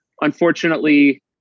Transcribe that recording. Unfortunately